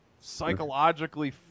psychologically